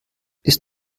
ist